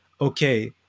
okay